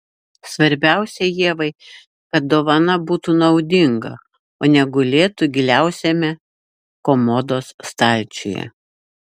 svarbiausia ievai kad dovana būtų naudinga o ne gulėtų giliausiame komodos stalčiuje